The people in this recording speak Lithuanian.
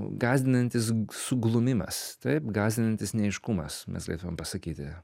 gąsdinantis suglumimas taip gąsdinantis neaiškumas mes galėtumėm pasakyti